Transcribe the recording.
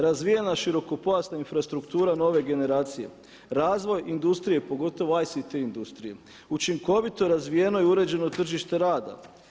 Razvijena širokopojasna infrastruktura nove generacije, razvoj industrije, pogotovo ICT industrije, učinkovito razvijeno i uređeno tržište rada.